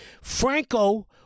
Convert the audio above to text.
Franco